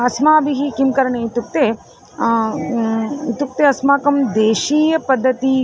अस्माभिः किं करणीयम् इत्युक्ते इत्युक्ते अस्माकं देशीयपद्धतिः